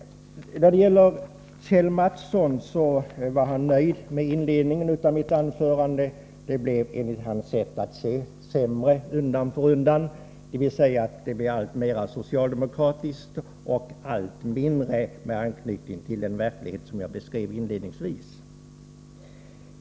Kjell Mattsson var nöjd med inledningen av mitt anförande; det blev enligt hans sätt att se sämre undan för undan, dvs. att det blev alltmera socialdemokratiskt och fick allt mindre anknytning till den verklighet som jag beskrev inledningsvis.